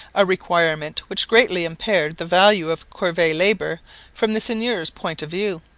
a requirement which greatly impaired the value of corvee labour from the seigneur's point of view.